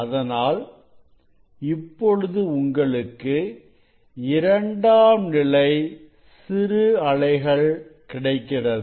அதனால் இப்பொழுது உங்களுக்கு இரண்டாம் நிலை சிறு அலைகள் கிடைக்கிறது